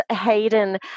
Hayden